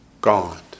God